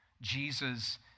Jesus